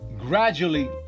gradually